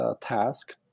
task